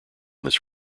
this